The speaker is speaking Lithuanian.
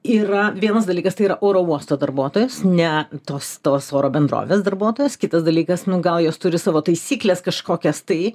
yra vienas dalykas tai yra oro uosto darbuotojas ne tos tos oro bendrovės darbuotojas kitas dalykas nu gal jos turi savo taisykles kažkokias tai